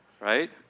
right